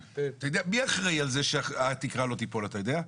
מי אחראי על זה שהתקרה לא תיפול, אתה יודע?